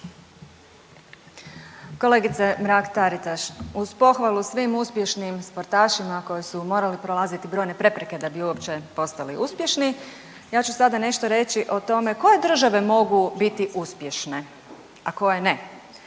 Kolegice Mrak Taritaš uz pohvalu svim uspješnim sportašima koji su morali prolaziti brojne prepreke da bi uopće postali uspješni ja ću sada nešto reći o tome koje države mogu biti uspješne, a koje ne.